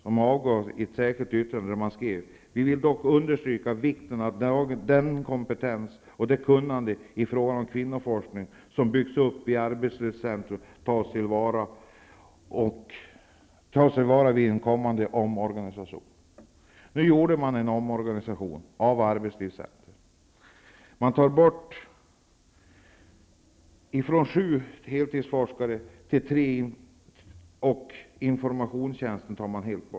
De angav i ett särskilt yttrande: Vi vill dock understryka vikten av att den kompetens och det kunnande i fråga om kvinnoforskning som har byggts upp i arbetslivscentrum tas till vara vid en kommande omorganisation. Man gjorde en omorganisation av arbetslivscentrum. Verksamheten minskades från sju heltidsforskare till tre, och informationstjänsten togs bort helt.